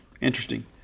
Interesting